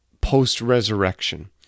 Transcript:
post-resurrection